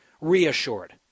reassured